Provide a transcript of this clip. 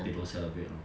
they don't celebrate lor